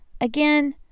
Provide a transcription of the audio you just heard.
Again